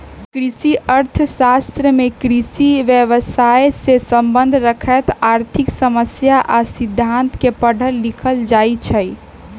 कृषि अर्थ शास्त्र में कृषि व्यवसायसे सम्बन्ध रखैत आर्थिक समस्या आ सिद्धांत के पढ़ल लिखल जाइ छइ